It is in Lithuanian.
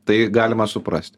tai galima suprast